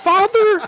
Father